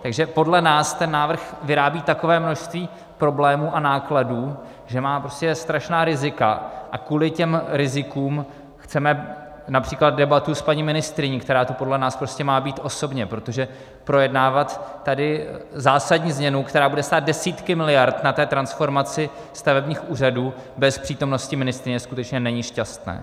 Takže podle nás ten návrh vyrábí takové množství problémů a nákladů, že má strašná rizika, a kvůli těm rizikům chceme například debatu s paní ministryní, která tu podle nás má být osobně, protože projednávat tady zásadní změnu, která bude stát desítky miliard na té transformaci stavebních úřadů, bez přítomnosti ministryně skutečně není šťastné.